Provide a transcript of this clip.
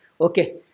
Okay